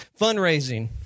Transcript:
Fundraising